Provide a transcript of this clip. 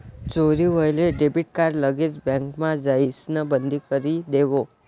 चोरी व्हयेल debit card लगेच बँकमा जाइसण बंदकरी देवो